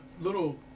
little